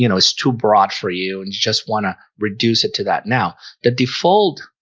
you know? it's too broad for you. and you just want to reduce it to that now the default